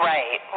Right